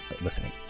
listening